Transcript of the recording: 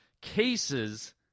cases